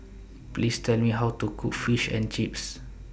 Please Tell Me How to Cook Fish and Chips